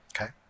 Okay